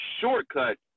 shortcut